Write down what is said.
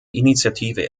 initiative